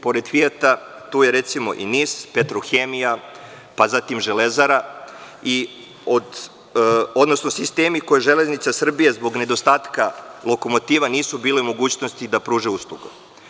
Pored „Fijata“, tu je, recimo, i NIS, „Petrohemija“, zatim „Železara“, odnosno sistemi koji Železnici Srbije zbog nedostatka lokomotiva nisu bili u mogućnosti da pruže uslugu.